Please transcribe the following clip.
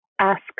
Ask